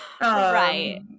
Right